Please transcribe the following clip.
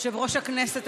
יושב-ראש הכנסת,